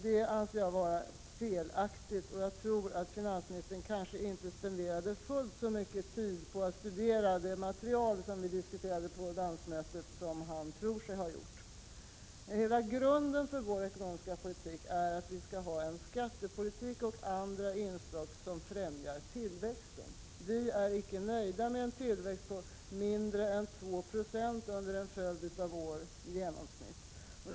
Det anser jag vara en felaktig beskrivning, och jag tror att finansministern nog inte studerade det material som vi diskuterade på landsmötet fullt så grundligt som han tror sig ha gjort. Hela grunden för vår ekonomiska politik är att skattepolitiken och andra inslag skall främja tillväxten. Vi är icke nöjda med en genomsnittlig tillväxt på mindre än 2 96 under en följd av år.